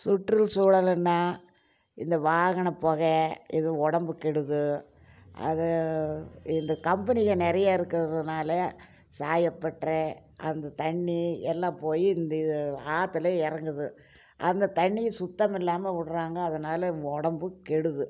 சுற்றுச்சூழல்னா இந்த வாகனப் பொகை இது உடம்பு கெடுது அதை இந்த கம்பெனிகள் நிறையா இருக்கிறதுனால சாயப்பட்டரை அந்த தண்ணீர் எல்லாம் போய் இந்த இது ஆற்றுல இறங்குது அந்த தண்ணீர் சுத்தம் இல்லாமல் விட்றாங்க அதனால உடம்பு கெடுது